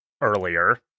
earlier